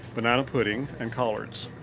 banana pudding and collards.